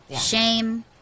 shame